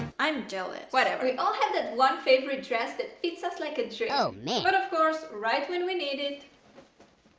i'm jealous! whatever. we all have that one favorite dress that fits us like a dream. oh man! but of course right when we need it.